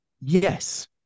yes